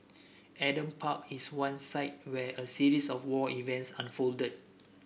Adam Park is one site where a series of war events unfolded